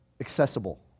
accessible